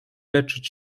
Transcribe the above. leczyć